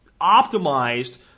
optimized